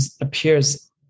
appears